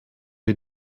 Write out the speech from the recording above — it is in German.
wir